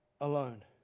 alone